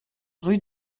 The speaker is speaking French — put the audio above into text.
rue